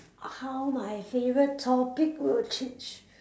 how my favourite topic will change